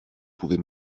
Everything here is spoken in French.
pouvez